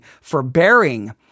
Forbearing